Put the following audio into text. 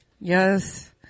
Yes